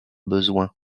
besoins